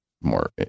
more